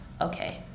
okay